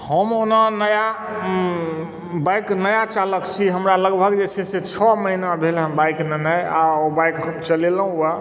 हम ओना नया बाइक नया चालक छी हमरा लगभग जे छै से छओ महिना भेल है बाइक लेनाइ आओर ओ बाइक चलेलहुॅं हैं